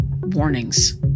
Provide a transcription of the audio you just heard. warnings